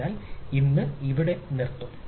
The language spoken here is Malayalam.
അതിനാൽ ഇന്ന് ഇവിടെ നിർത്തും